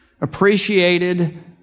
appreciated